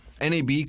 NAB